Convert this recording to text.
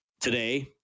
Today